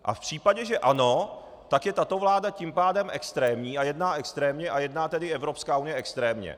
V případě že ano, tak je tato vláda tím pádem extrémní a jedná extrémně a jedná tedy i Evropská unie extrémně.